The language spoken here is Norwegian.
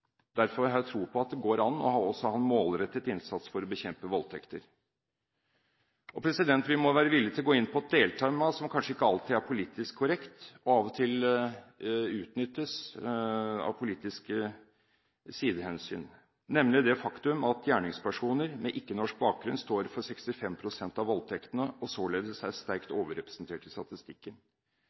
å ha en målrettet innsats for å bekjempe voldtekter. Vi må være villig til å gå inn på et deltema som kanskje ikke alltid er politisk korrekt, og som av og til utnyttes av politiske sidehensyn, nemlig det faktum at gjerningspersoner med ikke-norsk bakgrunn står for 65 pst. av voldtektene og således er sterkt overrepresentert i statistikken.